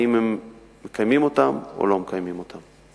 אם הם מקיימים אותם או לא מקיימים אותם.